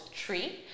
tree